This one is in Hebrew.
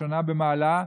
ראשונה במעלה,